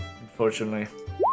Unfortunately